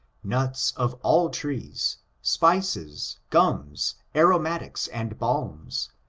nuts of all trees, spices, gums, aromatics and balms,